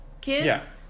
kids